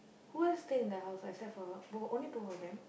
who else stay in the house except for both only both of them